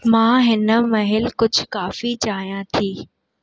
मां हिनमहिल कुझु काफी चाहियां थी